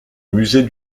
musée